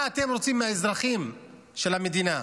מה אתם רוצים מהאזרחים של המדינה?